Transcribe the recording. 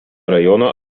rajono